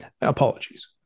apologies